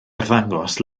arddangos